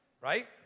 right